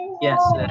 Yes